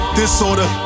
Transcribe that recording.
disorder